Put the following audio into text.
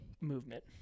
movement